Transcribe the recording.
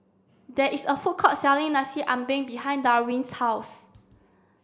there is a food court selling Nasi Ambeng behind Darwin's house